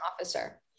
officer